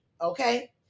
Okay